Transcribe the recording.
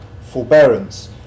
forbearance